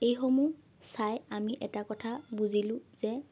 এইসমূহ চাই আমি এটা কথা বুজিলোঁ যে